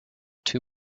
two